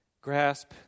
grasp